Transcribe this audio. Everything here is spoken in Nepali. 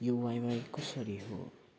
यो वाइवाई कसरी हो